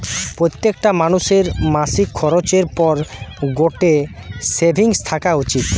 প্রত্যেকটা মানুষের মাসিক খরচের পর গটে সেভিংস থাকা উচিত